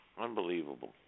unbelievable